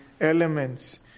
elements